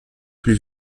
plus